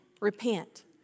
Repent